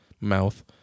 mouth